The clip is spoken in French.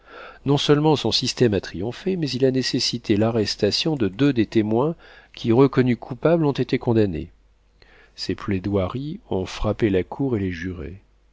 coupables non-seulement son système a triomphé mais il a nécessité l'arrestation de deux des témoins qui reconnus coupables ont été condamnés ses plaidoiries ont frappé la cour et les jurés